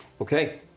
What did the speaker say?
Okay